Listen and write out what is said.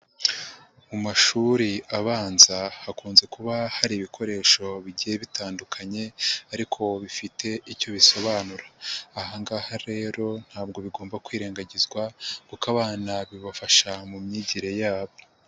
Mu mashuri abanza hakunze kuba hari ibikoresho bigiye bitandukanye ariko bifite icyo bisobanura, aha ngaha rero ntabwo bigomba kwirengagizwa kuko abana bibafasha mu myigire yabo.